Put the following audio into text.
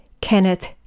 Kenneth